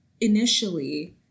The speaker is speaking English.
initially